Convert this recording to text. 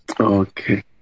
okay